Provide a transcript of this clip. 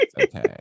Okay